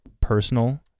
personal